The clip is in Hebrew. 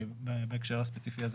בהקשר הספציפי הזה